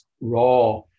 raw